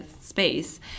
space